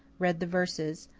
read the verses,